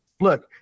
look